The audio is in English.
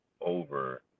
over